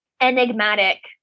enigmatic